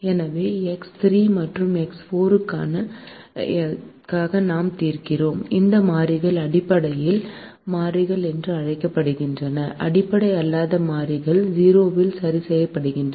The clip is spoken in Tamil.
எனவே எக்ஸ் 3 மற்றும் எக்ஸ் 4 க்காக நாம் தீர்க்கும் அந்த மாறிகள் அடிப்படை மாறிகள் என்று அழைக்கப்படுகின்றன அடிப்படை அல்லாத மாறிகள் 0 இல் சரி செய்யப்படுகின்றன